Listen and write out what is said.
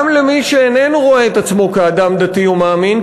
גם למי שאיננו רואה את עצמו כאדם דתי ומאמין,